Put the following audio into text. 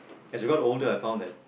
as I got older I found that